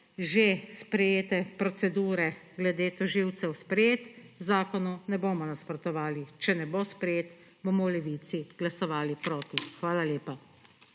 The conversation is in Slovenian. že sprejete procedure glede tožilcev, sprejet, zakonu ne bomo nasprotovali. Če ne bo sprejet, bomo v Levici glasovali proti. Hvala lepa.